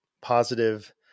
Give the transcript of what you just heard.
positive